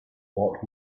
what